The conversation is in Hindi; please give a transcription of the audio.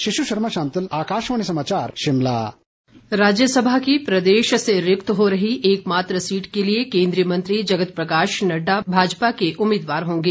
शिशु शर्मा शांतल आकाशवाणी समाचार शिमला जयराम नडडा राज्यसभा की प्रदेश से रिक्त हो रही एक मात्र सीट के लिए केन्द्रीय मंत्री जगत प्रकाश नड्डा भाजपा के उम्मीदवार होंगे